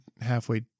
halfway